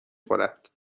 خورد